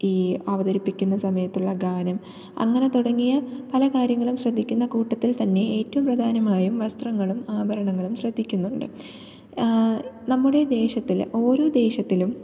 ഈ അവതരിപ്പിക്കുന്ന സമയത്തുള്ള ഗാനം അങ്ങനെ തുടങ്ങിയ പല കാര്യങ്ങളും ശ്രദ്ധിക്കുന്ന കൂട്ടത്തിൽ തന്നെ ഏറ്റവും പ്രധാനമായും വസ്ത്രങ്ങളും ആഭരണങ്ങളും ശ്രദ്ധിക്കുന്നുണ്ട് നമ്മുടെ ദേശത്തില് ഓരോ ദേശത്തിലും